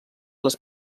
les